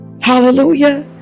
Hallelujah